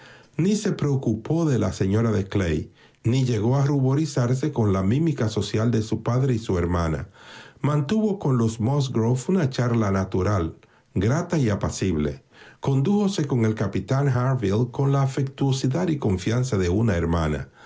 ni se preocupó de la señora de clay ni llegó a ruborizarse con la mímica social de su padre y su hermana mantuvo con los musgrove una charla natural grata y apacible condújose con el capitán harville con la afectuosidad y confianza de una hermana